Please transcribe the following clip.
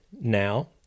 Now